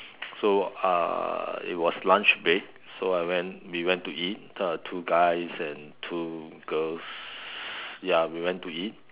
so uh it was lunch break so I went we went to eat uh two guys and two girls ya we went to eat